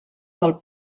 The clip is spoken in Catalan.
del